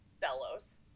bellows